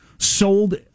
Sold